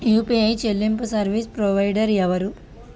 UPI చెల్లింపు service provider ఎవరు?